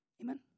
Amen